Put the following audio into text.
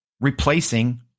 replacing